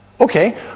Okay